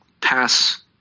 pass